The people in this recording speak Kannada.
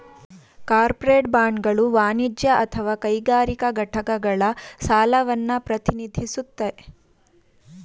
ಕಾರ್ಪೋರೇಟ್ ಬಾಂಡ್ಗಳು ವಾಣಿಜ್ಯ ಅಥವಾ ಕೈಗಾರಿಕಾ ಘಟಕಗಳ ಸಾಲವನ್ನ ಪ್ರತಿನಿಧಿಸುತ್ತೆ